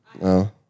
No